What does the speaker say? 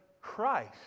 Christ